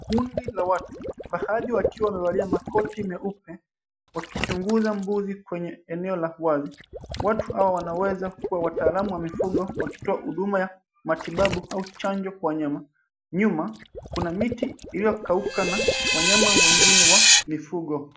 Kundi la watu baadhi wakiwa wamevalia makoti meupe wakichunguza mbuzi kwenye eneo la wazi. Watu hao wanaweza kuwa wataalamu wa mifugo wakitoa huduma ya matibabu au chanjo kwa wanyama. Nyuma kuna miti iliyokauka na wanyama wengine wa mifugo.